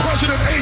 President